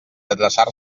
adreçar